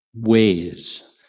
ways